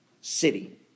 city